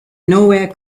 nowhere